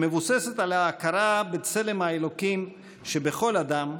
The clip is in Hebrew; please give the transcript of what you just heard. שמבוססת על ההכרה בצלם האלוקים שבכל אדם,